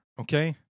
Okay